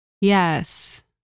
Yes